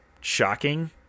shocking